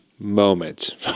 Moment